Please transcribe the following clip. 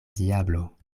diablo